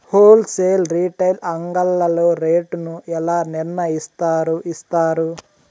Whole sale retail అంగడ్లలో rate ను ఎలా నిర్ణయిస్తారు యిస్తారు?